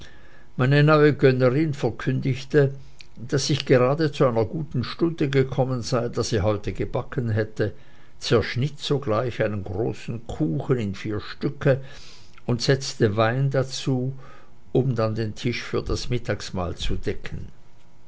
meine neue gönnerin verkündigte daß ich gerade zu einer guten stunde gekommen sei da sie heute gebacken hätte zerschnitt sogleich einen großen kuchen in vier stocke und setzte wein dazu um dann den tisch für das mittagsmahl zu decken